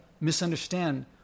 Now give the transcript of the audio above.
misunderstand